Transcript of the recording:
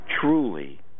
truly